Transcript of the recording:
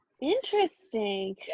interesting